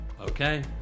Okay